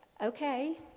okay